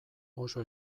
oso